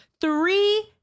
three